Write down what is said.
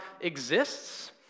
exists